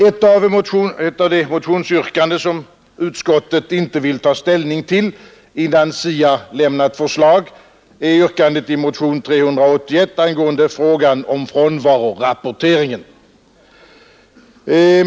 Ett av de motionsyrkanden som utskottet inte vill ta ställning till innan SIA lämnat förslag är yrkandet i motionen 381 angående frågan om frånvarorapporteringen.